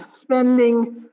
spending